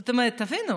זאת אומרת, תבינו,